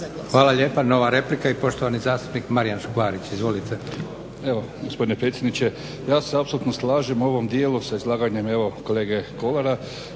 Hvala lijepa. Nova replika i poštovani zastupnik Marijan Škvarić. Izvolite. **Škvarić, Marijan (HNS)** Gospodine predsjedniče. Ja se apsolutno slažem u ovom dijelu sa izlaganjem kolege Kolara.